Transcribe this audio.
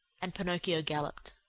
and pinocchio galloped.